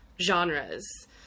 genres